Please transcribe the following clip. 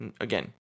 Again